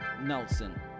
Nelson